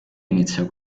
inizia